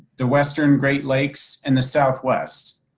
the western great lakes and the southwest.